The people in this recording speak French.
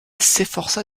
s’efforça